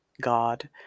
God